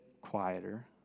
quieter